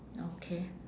okay